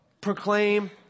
Proclaim